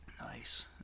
nice